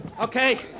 Okay